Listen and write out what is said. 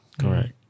Correct